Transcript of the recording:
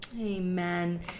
amen